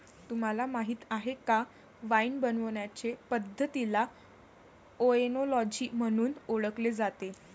तुम्हाला माहीत आहे का वाइन बनवण्याचे पद्धतीला ओएनोलॉजी म्हणून ओळखले जाते